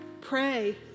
Pray